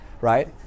right